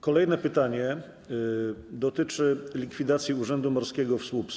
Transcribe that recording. Kolejne pytanie dotyczy likwidacji Urzędu Morskiego w Słupsku.